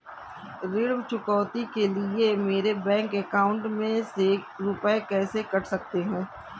ऋण चुकौती के लिए मेरे बैंक अकाउंट में से रुपए कैसे कट सकते हैं?